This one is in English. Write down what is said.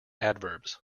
adverbs